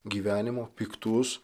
gyvenimo piktus